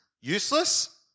useless